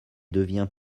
devient